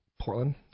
Portland